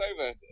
over